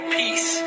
peace